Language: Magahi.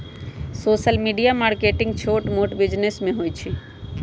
सोशल मीडिया मार्केटिंग छोट मोट बिजिनेस में होई छई